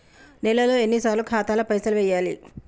నెలలో ఎన్నిసార్లు ఖాతాల పైసలు వెయ్యాలి?